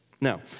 Now